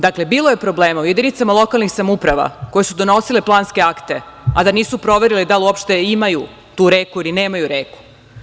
Dakle, bilo je problema u jedinicama lokalnih samouprava koje su donosile planske akte, a da nisu proverili da li uopšte imaju tu reku ili nemaju reku.